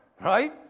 Right